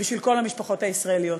בשביל כל המשפחות הישראליות.